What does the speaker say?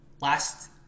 last